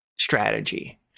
strategy